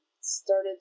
started